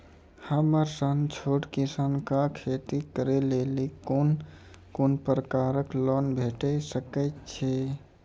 हमर सन छोट किसान कअ खेती करै लेली लेल कून कून प्रकारक लोन भेट सकैत अछि?